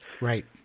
right